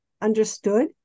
understood